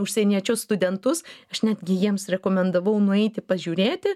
užsieniečius studentus aš netgi jiems rekomendavau nueiti pažiūrėti